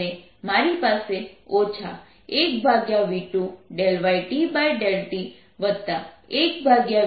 અને મારી પાસે 1v2yT∂t1v1yT∂t0 છે